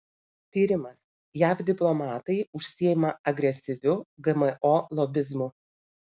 tyrimas jav diplomatai užsiima agresyviu gmo lobizmu